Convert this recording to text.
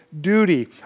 duty